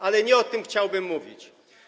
Ale nie o tym chciałbym mówić.